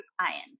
clients